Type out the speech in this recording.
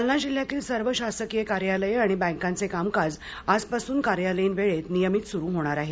जालना जिल्ह्यातील सर्व शासकीय कार्यालये आणि बँकांचे कामकाज आजपासून कार्यालयीन वेळेत नियमित सुरू होणार आहे